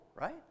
right